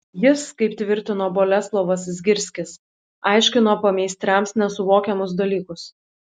jis kaip tvirtino boleslovas zgirskis aiškino pameistriams nesuvokiamus dalykus